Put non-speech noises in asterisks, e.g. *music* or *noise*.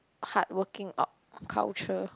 hardworking *noise* culture